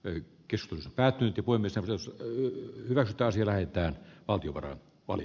ykköstus päättynyt voimissa jossa yk vastasi laitteen ogiwara oli